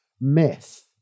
myth